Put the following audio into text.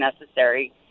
necessary